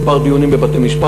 כמה דיונים בבתי-משפט,